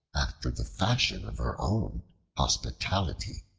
after the fashion of her own hospitality.